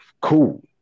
cool